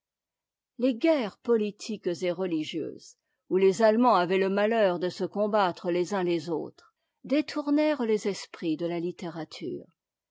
les guerres politiques et religieuses où les allemands avaient le malheur de se combattre les uns les autres détournèrent les esprits de la littérature